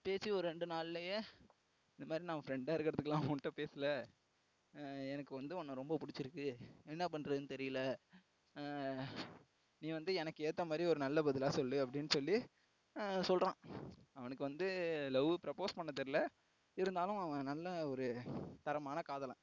பேசி ஒரு ரெண்டு நாள்லயே இந்தமாதிரி நான் உன் பிரெண்ட்டாக இருக்கிறத்துக்கெல்லாம் ஒன்கிட்ட பேசலை எனக்கு வந்து உன்ன ரொம்ப பிடிச்சிருக்கு என்ன பண்ணுறதுன்னு தெரியல நீ வந்து எனக்கு ஏற்றா மாதிரி ஒரு நல்ல பதிலாக சொல் அப்படின்னு சொல்லி சொல்லுறான் அவனுக்கு வந்து லவ்வை ப்ரொப்போஸ் பண்ண தெரில இருந்தாலும் அவன் நல்ல ஒரு தரமான காதலன்